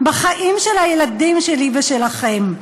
בחיים של הילדים שלי ושלכם.